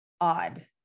odd